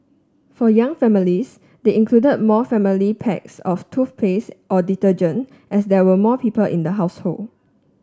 for young families they included more family packs of toothpaste or detergent as there were more people in the household